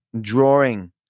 drawing